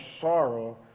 sorrow